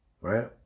right